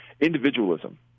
individualism